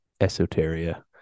esoteria